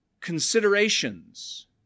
considerations